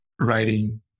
writing